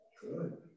Good